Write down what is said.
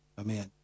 Amen